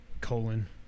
colon